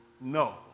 No